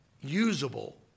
usable